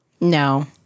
No